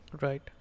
Right